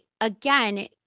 again